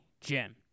Jim